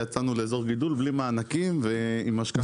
ויצאנו לאזור גידול בלי מענקים ועם השקעה.